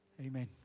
Amen